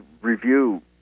review